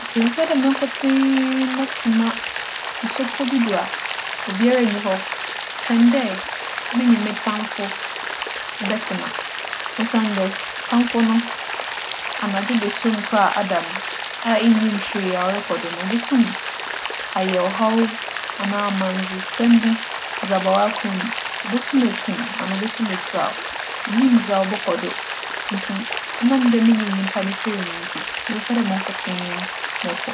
Nkyɛ mebɛpɛ dɛ mo nkotsee mɛtsena nsupͻw bi do a obiara nnyi hͻ kyɛn dɛ menye me tamfo bɛtsena. Osiandɛ tamfo no, anadwo dasu mu koraa a ada no a innyim hwee a ͻrokͻ do no, obotum ayɛ ͻhaw anaa amandzesɛm bi ͻdze aba w'akwan mu. Obotum eku wo anaa obotum epira wo. Innyim dza ͻbͻkͻ do. Ntsi ͻnam dɛ minnyim nyimpa ne tsir mu ntsi, mebepɛ dɛ mo nkotsee mͻkͻ.